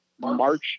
March